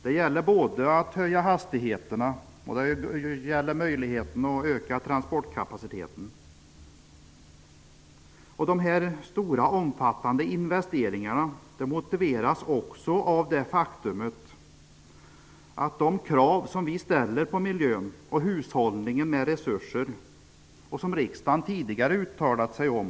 Det gäller både i fråga om att höja hastigheterna och möjligheterna att öka transportkapaciteten. Dessa omfattande investeringar motiveras också av de krav som vi ställer på hushållningen av miljön och hushållningen med resurser, och som riksdagen tidigare uttalat sig om.